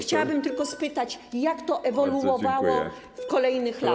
Chciałabym tylko spytać: Jak to ewoluowało w kolejnych latach?